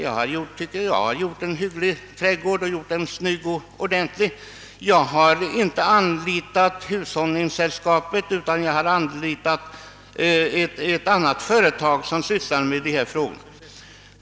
Jag tycker att jag har gjort en snygg och ordentlig trädgård. Jag har inte anlitat hushållningssällskapet utan ett annat företag som sysslar med dylika frågor..